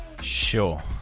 Sure